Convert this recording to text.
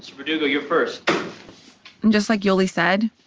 verdugo, you're first and just like yoli said,